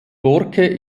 borke